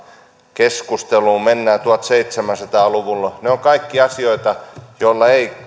keskusteluun mennään tuhatseitsemänsataa luvulle ne ovat kaikki asioita joilla ei